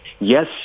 yes